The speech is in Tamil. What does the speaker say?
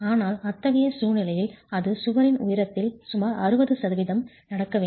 ஆனால் அத்தகைய சூழ்நிலையில் அது சுவரின் உயரத்தில் சுமார் 60 சதவிகிதம் நடக்க வேண்டும்